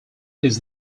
his